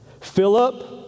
Philip